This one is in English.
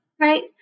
Right